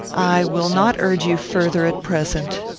i will not urge you further at present.